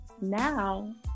now